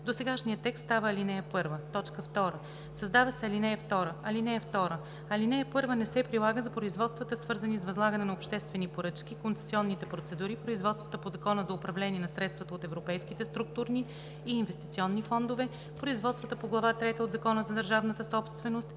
Досегашният текст става ал. 1. 2. Създава се ал. 2: „(2) Алинея 1 не се прилага за производствата, свързани с възлагане на обществени поръчки, концесионните процедури, производствата по Закона за управление на средствата от Европейските структурни и инвестиционни фондове, производствата по глава трета от Закона за държавната собственост